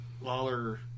Lawler